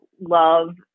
love